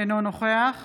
אינו נוכח